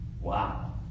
Wow